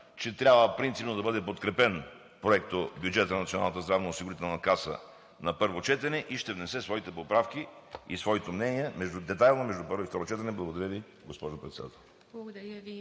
че трябва принципно да бъде подкрепен проектобюджетът на Националната здравноосигурителна каса на първо четене и ще внесе своите поправки и своето детайлно мнение между първо и второ гласуване. Благодаря Ви, госпожо Председател.